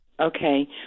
Okay